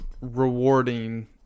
rewarding